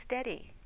steady